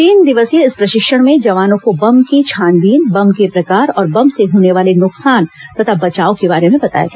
तीन दिवसीय इस प्रशिक्षण में जवानों को बम की छानबीन बम के प्रकार और बम से होने वाले नुकसान तथा बचाव के बारे में बताया गया